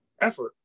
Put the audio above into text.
effort